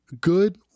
good